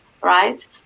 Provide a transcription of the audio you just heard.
right